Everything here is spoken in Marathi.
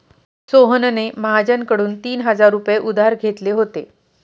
सोहनने महाजनकडून तीन हजार रुपये उधार घेतले होते